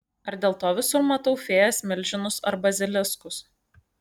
ar dėl to visur matau fėjas milžinus ar baziliskus